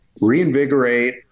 reinvigorate